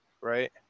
right